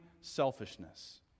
selfishness